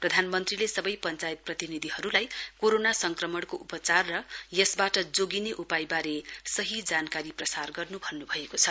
प्रधानमन्त्रीले सबै पञ्चायत प्रतिनिधिहरूलाई कोरोना संक्रमणको उपचार र यसबाट जोगिने उपायबारे सही जानकारी प्रसार गर्न भन्नु भएको छ